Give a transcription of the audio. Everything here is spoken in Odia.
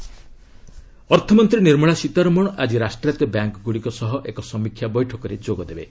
ନିର୍ମଳା ବ୍ୟାଙ୍କ୍ସ ଅର୍ଥମନ୍ତ୍ରୀ ନିର୍ମଳା ସୀତାରମଣ ଆଜି ରାଷ୍ଟ୍ରାୟତ୍ତ ବ୍ୟାଙ୍କ ଗୁଡ଼ିକ ସହ ଏକ ସମୀକ୍ଷା ବୈଠକରେ ଯୋଗଦେବେ